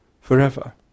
forever